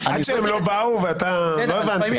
עד שהם לא באו, ואתה לא הבנתי.